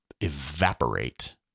evaporate